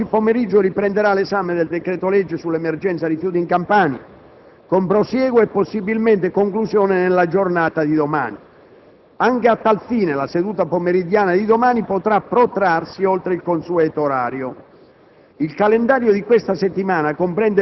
Come previsto dall'ordine del giorno, oggi pomeriggio riprenderà l'esame del decreto-legge sull'emergenza rifiuti in Campania, con prosieguo e possibilmente conclusione nella giornata di domani. Anche a tal fine, la seduta pomeridiana di domani potrà protrarsi oltre il consueto orario.